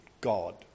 God